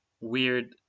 weird